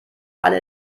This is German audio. alle